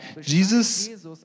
Jesus